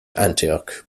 antioch